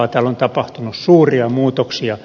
täällä on tapahtunut suuria muutoksia